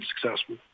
successful